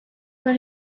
for